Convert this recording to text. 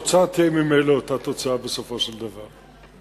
התוצאה תהיה ממילא אותה תוצאה, בסופו של דבר.